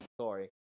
Sorry